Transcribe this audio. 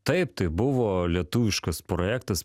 taip tai buvo lietuviškas projektas